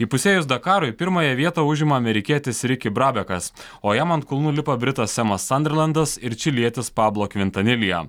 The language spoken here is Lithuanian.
įpusėjus dakarui pirmąją vietą užima amerikietis riki brabekas o jam ant kulnų lipa britas semas sanderlendas ir čilietis pablo kvintanilja